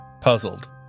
puzzled